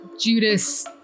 Judas